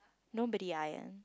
nobody iron